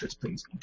Please